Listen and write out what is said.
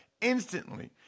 instantly